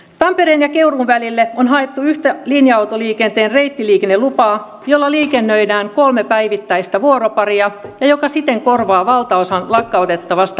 tampereen ja keuruun välille on haettu yhtä linja autoliikenteen reittiliikennelupaa jolla liikennöidään kolme päivittäistä vuoroparia ja joka siten korvaa valtaosan lakkautettavasta junaliikenteestä